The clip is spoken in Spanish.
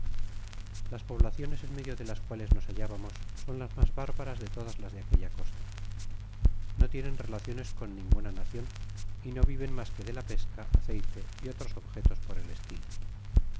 las poblaciones en medio de las cuales nos hallábamos son las mas bárbaras de todas las de aquella costa no tienen relaciones con ninguna nacion y no viven mas que de la pesca aeeite y otros objetos por el estilo